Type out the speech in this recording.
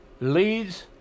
leads